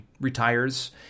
retires